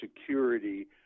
security